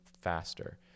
faster